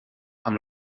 amb